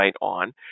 on